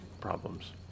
problems